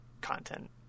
content